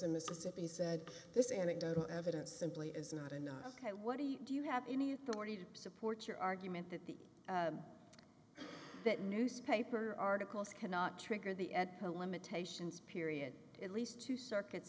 in mississippi said this is anecdotal evidence simply is not enough what do you have any authority to support your argument that the that newspaper articles cannot trigger the at home limitations period at least two circuits